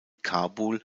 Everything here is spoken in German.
kabul